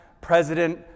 president